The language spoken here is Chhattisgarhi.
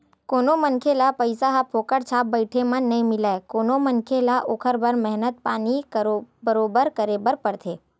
कोनो मनखे ल पइसा ह फोकट छाप बइठे म नइ मिलय कोनो मनखे ल ओखर बर मेहनत पानी बरोबर करे बर परथे